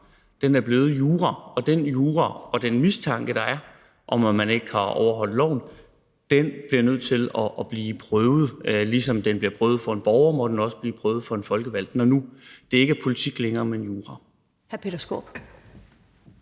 Den er blevet jura, og den jura og den mistanke, der er, i forhold til at man ikke har overholdt loven, er nødt til at blive prøvet. Ligesom en sag bliver prøvet for en borger, må den også blive prøvet for en folkevalgt, når nu det ikke længere er